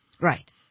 Right